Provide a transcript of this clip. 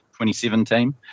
2017